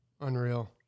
Unreal